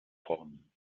vorn